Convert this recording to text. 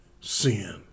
sin